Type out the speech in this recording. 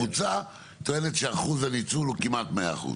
היא טוענת שאחוז הניצול הוא כמעט 100%,